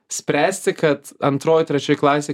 spręsti kad antroj trečioj klasėj